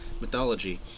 mythology